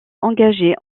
engagé